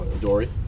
Dory